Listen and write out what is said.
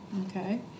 okay